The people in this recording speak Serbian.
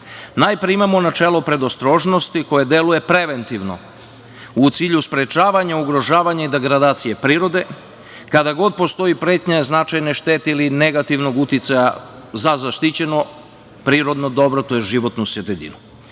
Najpre, imamo načelo predostrožnosti koje deluje preventivno u cilju sprečavanja ugrožavanja i degradacije prirode, kada god postoji pretnja značajne štete ili negativnog uticaja za zaštićeno prirodno dobro, tj. životnu sredinu. Zatim,